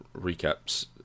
recaps